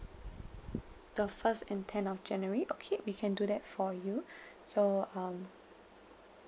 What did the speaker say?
the first and tenth of january okay we can do that for you so um